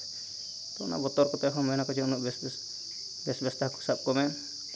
ᱛᱚ ᱚᱱᱟ ᱵᱚᱛᱚᱨ ᱠᱚᱛᱮ ᱦᱚᱸ ᱢᱮᱱᱟ ᱠᱚ ᱡᱮ ᱩᱱᱟᱹᱜ ᱵᱮᱥ ᱵᱮᱥ ᱵᱮᱥ ᱵᱮᱥᱛᱮ ᱦᱟᱹᱠᱩ ᱥᱟᱵ ᱠᱚᱢᱮ